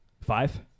Five